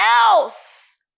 else